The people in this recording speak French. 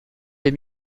des